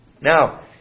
Now